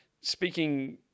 speaking